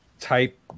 type